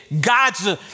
gods